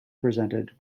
presented